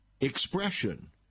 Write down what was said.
expression